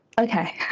okay